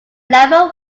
labour